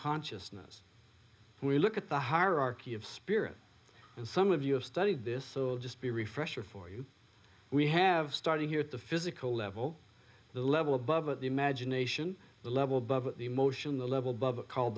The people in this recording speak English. consciousness we look at the higher arche of spirit and some of you have studied this will just be a refresher for you we have started here at the physical level the level above at the imagination level above the emotional level above called